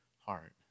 heart